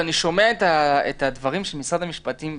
ואני שומע את הדברים של משרד המשפטים,